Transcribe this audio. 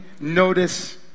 notice